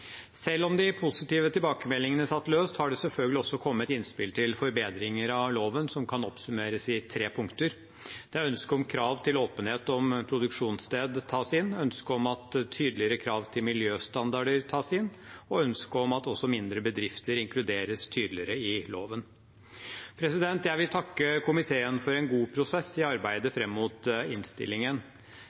Selv om de positive tilbakemeldingene satt løst, har det selvfølgelig også kommet innspill til forbedringer av loven, som kan oppsummeres i tre punkter: ønske om at krav til åpenhet om produksjonssted tas inn ønske om at tydeligere krav til miljøstandarder tas inn ønske om at også mindre bedrifter inkluderes tydeligere i loven Jeg vil takke komiteen for en god prosess i arbeidet fram mot innstillingen.